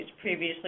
previously